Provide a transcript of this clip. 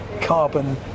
carbon